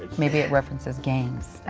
maybe it references gangs.